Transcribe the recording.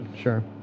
Sure